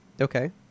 Okay